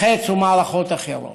החץ ומערכות אחרות.